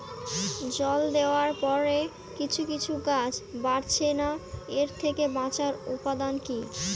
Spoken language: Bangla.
জল দেওয়ার পরে কিছু কিছু গাছ বাড়ছে না এর থেকে বাঁচার উপাদান কী?